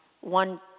one